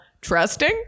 trusting